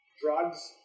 drugs